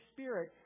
Spirit